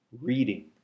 Reading